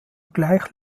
gleich